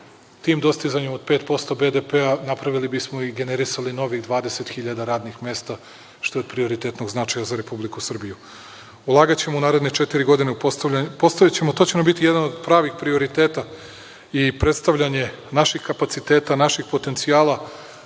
tim dostizanjem od 5% BDP napravili i generisali novih 20.000 radnih mesta, što je od prioritetnog značaja za Republiku Srbiju. Ulagaćemo u naredne četiri godine, postavićemo, to će nam biti jedan od pravih prioriteta, i predstavljanje naših kapaciteta, naših potencijala.